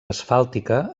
asfàltica